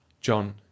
JOHN